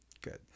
Good